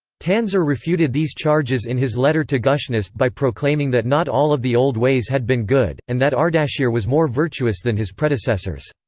tansar refuted these charges in his letter to gushnasp by proclaiming that not all of the old ways had been good, and that ardashir was more virtuous than his predecessors.